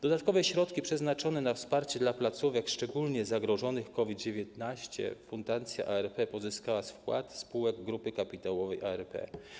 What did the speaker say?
Dodatkowe środki przeznaczone na wsparcie placówek szczególnie zagrożonych COVID-19 Fundacja ARP pozyskała z wpłat spółek grupy kapitałowej ARP.